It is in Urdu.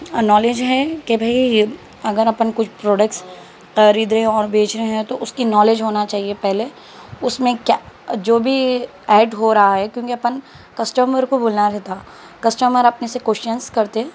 نالج ہے کہ بھائی اگر اپن کچھ پروڈکٹس خرید رہے اور بیچ رہے ہیں تو اس کی نالج ہونا چاہیے پہلے اس میں کیا جو بھی ایڈ ہو رہا ہے کیونکہ اپن کسٹمر کو بولنا رہتا کسٹمر اپنے سے کوئسچنس کرتے